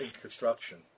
construction